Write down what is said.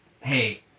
hey